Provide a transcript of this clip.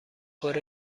کره